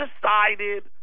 decided